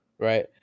right